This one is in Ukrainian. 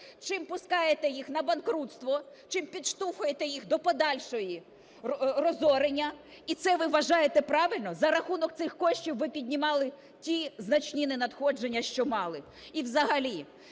чим пускаєте їх на банкрутство, чим підштовхуєте їх на подальше розорення? І це ви вважаєте правильно? За рахунок цих коштів ви піднімали ті значні ненадходження, що мали. І взагалі,